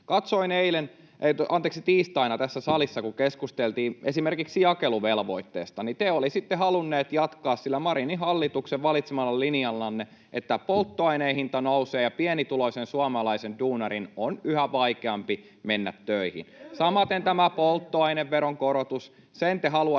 Se on tosiasia. Kun tiistaina tässä salissa keskusteltiin esimerkiksi jakeluvelvoitteesta, niin te olisitte halunneet jatkaa sillä Marinin hallituksen valitsemalla linjallanne, että polttoaineen hinta nousee ja pienituloisen suomalaisen duunarin on yhä vaikeampi mennä töihin. [Jussi Saramo: Te leikkaatte